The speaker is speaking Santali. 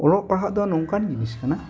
ᱚᱞᱚᱜ ᱯᱟᱲᱦᱟᱜ ᱫᱚ ᱱᱚᱝᱠᱟᱱ ᱡᱤᱱᱤᱥ ᱠᱟᱱᱟ